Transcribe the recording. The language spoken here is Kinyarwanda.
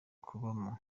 kubamo